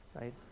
right